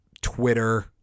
Twitter